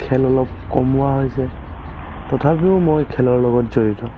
খেল অলপ কমোৱা হৈছে তথাপিও মই খেলৰ লগত জড়িত